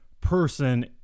Person